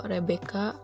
Rebecca